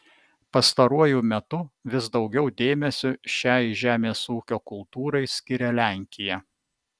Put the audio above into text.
pastaruoju metu vis daugiau dėmesio šiai žemės ūkio kultūrai skiria lenkija